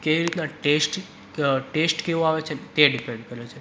કેવી રીતના test test કેવો આવે છે તે ડિપેન્ડ કરે છે